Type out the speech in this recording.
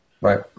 Right